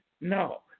No